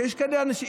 יש כאלה אנשים,